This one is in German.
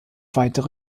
weitere